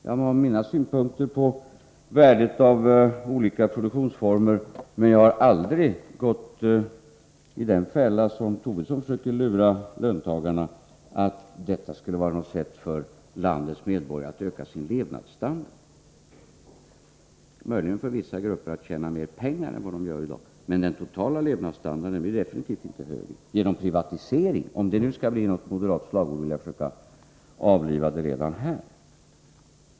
Jag har mina synpunkter på värdet av olika produktionsformer, men jag har aldrig gått i den fälla som Lars Tobisson försöker lura löntagarna i, nämligen att detta skulle vara ett sätt för landets medborgare att höja sin levnadsstandard. Det är möjligen ett sätt för vissa grupper att tjäna mer pengar än de gör i dag, men den totala levnadsstandarden blir definitivt inte högre genom privatisering. Om detta skall bli ett moderat slagord, vill jag försöka avliva det redan här.